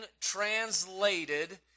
translated